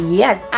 yes